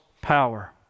power